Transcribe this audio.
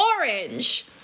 Orange